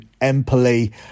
Empoli